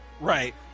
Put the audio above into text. Right